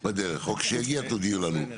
כשיגיע תודיעו לנו.